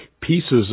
pieces